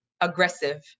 aggressive